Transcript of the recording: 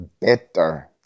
better